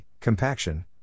compaction